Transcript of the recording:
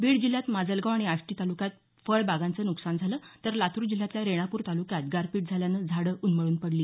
बीड जिल्ह्यात माजलगाव आणि आष्टी तालुक्यात फळबागांचं नुकसान झालं तर लातूर जिल्ह्यातल्या रेणापूर तालुक्यात गारपीट झाल्यानं झाडं उन्मळून पडली